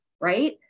right